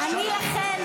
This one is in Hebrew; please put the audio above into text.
בבקשה לרדת.